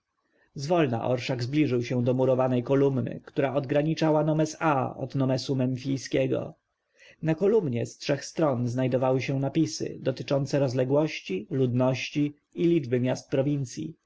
zwolna orszak zbliżył się do murowanej kolumny która odgraniczała nomes aa od nomesu memfiskiego na kolumnie z trzech stron znajdowały się napisy dotyczące rozległości ludności i liczby miast prowincji